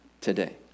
today